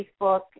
Facebook